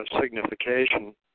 signification